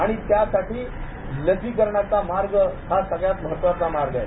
आणि त्यासाठी लसिकरणाचा मार्ग हा सगळ्यात महत्वाचा मार्ग आहे